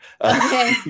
Okay